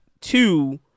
two